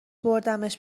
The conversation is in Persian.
بردمش